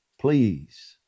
Please